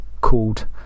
called